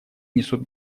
несут